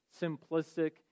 simplistic